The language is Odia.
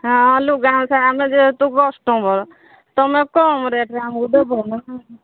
ହଁ ଲୁଗା ଯେହେତୁ ଆମେ କଷ୍ଟମର୍ ତୁମେ କମ୍ ରେଟ୍ରେ ଆମକୁ ଦେବ ନା